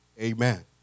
Amen